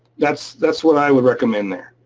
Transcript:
that's that's what i would recommend there.